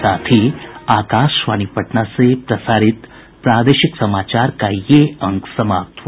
इसके साथ ही आकाशवाणी पटना से प्रसारित प्रादेशिक समाचार का ये अंक समाप्त हुआ